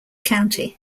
county